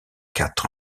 quatre